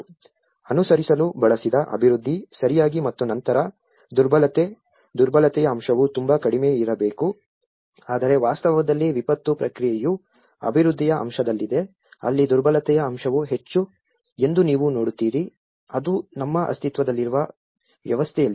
ಅನುಸರಿಸಲು ಬಳಸಿದ ಅಭಿವೃದ್ಧಿ ಸರಿಯಾಗಿ ಮತ್ತು ನಂತರ ದುರ್ಬಲತೆಯ ಅಂಶವು ತುಂಬಾ ಕಡಿಮೆಯಿರಬೇಕು ಆದರೆ ವಾಸ್ತವದಲ್ಲಿ ವಿಪತ್ತು ಪ್ರತಿಕ್ರಿಯೆಯು ಅಭಿವೃದ್ಧಿಯ ಅಂಶದಲ್ಲಿದೆ ಅಲ್ಲಿ ದುರ್ಬಲತೆಯ ಅಂಶವು ಹೆಚ್ಚು ಎಂದು ನೀವು ನೋಡುತ್ತೀರಿ ಅದು ನಮ್ಮ ಅಸ್ತಿತ್ವದಲ್ಲಿರುವ ವ್ಯವಸ್ಥೆಯಲ್ಲಿದೆ